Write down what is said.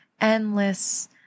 endless